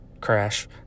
crash